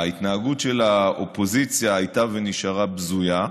ההתנהגות של האופוזיציה הייתה ונשארה בזויה,